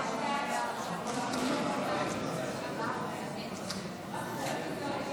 ההתיישנות בעבירות מין (תיקוני חקיקה),